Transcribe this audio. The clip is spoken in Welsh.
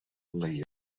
leiaf